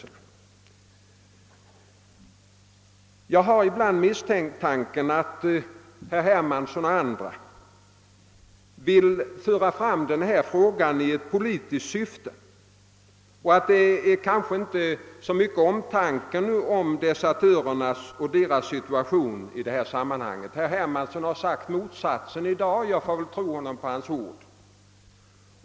Jag har ibland hyst den misstanken att herr Hermansson och en del andra som uttalat sig vill föra fram denna fråga i eit politiskt syfte och att det kanske inte så mycket gäller omtanken om desertörerna och deras situation. Herr Hermansson har i dag givit uttryck för motsatsen, och jag får väl tro honom på hans ord.